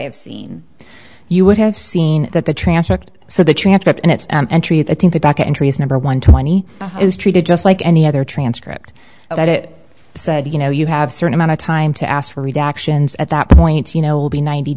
have seen you would have seen that the transcript so the transcript and it's and treat i think the back entry is number one twenty is treated just like any other transcript and that it said you know you have certain amount of time to ask for reactions at that point you know will be ninety